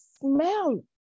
smell